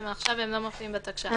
עכשיו הם לא מופיעים בתקש"ח.